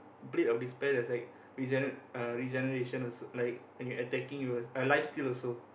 blade of despair that's like regene~ uh regeneration also like when you attacking you uh life steal also